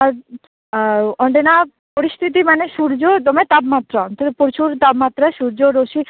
ᱚᱸᱰᱮᱱᱟᱜ ᱯᱚᱨᱤᱥᱛᱷᱤᱛᱤ ᱢᱟᱱᱮ ᱥᱩᱨᱡᱚ ᱫᱚᱢᱮ ᱛᱟᱯᱢᱟᱛᱨᱟ ᱚᱱᱛᱮ ᱫᱚ ᱯᱨᱚᱪᱩᱨ ᱛᱟᱯᱢᱟᱛᱨᱟ ᱥᱩᱨᱡᱚᱨᱚᱥᱥᱤ